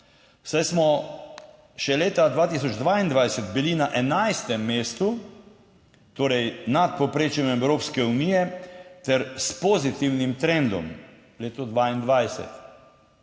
saj smo še leta 2022 bili na 11. mestu, torej nad povprečjem Evropske unije ter s pozitivnim trendom, leto 2022.